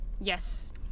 Yes